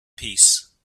peace